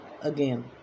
again